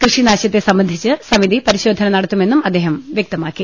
കൃഷി നാശത്തെ സംബന്ധിച്ച് സമിതി പരിശ്രോധന നടത്തുമെന്നും അദ്ദേഹം വൃക്തമാക്കി